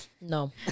No